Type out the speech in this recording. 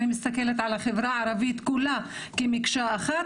אני מסתכלת על החברה הערבית כולה כמקשה אחת,